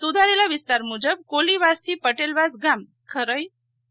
સુધારેલા વિસ્તાર મુજબ કોલીવાસથી પટેલવાસ ગામ ખારોઇ તા